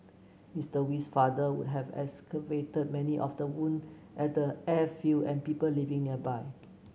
Mister Wee's father would have many of the wound at the airfield and people living nearby